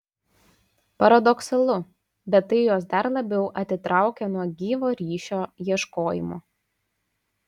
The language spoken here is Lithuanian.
paradoksalu bet tai juos dar labiau atitraukia nuo gyvo ryšio ieškojimo